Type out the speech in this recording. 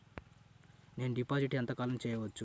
నేను డిపాజిట్ ఎంత కాలం చెయ్యవచ్చు?